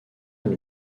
elle